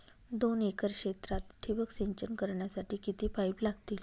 दोन एकर क्षेत्रात ठिबक सिंचन करण्यासाठी किती पाईप लागतील?